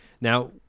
now